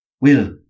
will